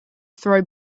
throw